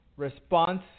response